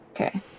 Okay